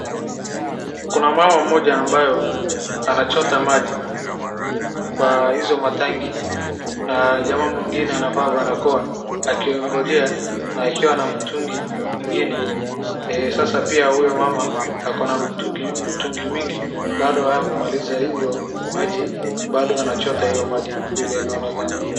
Kuna mama mmoja ambaye anachota maji kwa hizo matanki na jamaa mwingine anavaa barakoa akingojea na akiwa na mitungi mingine sasa pia huyo mama ako na mitungi mingi bado anachota maji vile anaonekana.